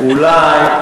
ואולי,